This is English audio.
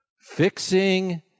Fixing